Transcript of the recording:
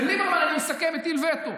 וליברמן, אני מסכם, הטיל וטו.